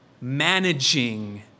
managing